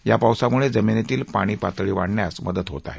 या पावसामुळे जमिनीतील पाणी पातळी वाढण्यास मदत होते आहे